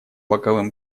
боковым